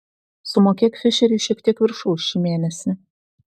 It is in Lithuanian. sumokėk fišeriui šiek tiek viršaus šį mėnesį